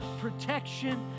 protection